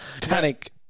Panic